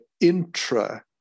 intra